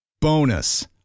Bonus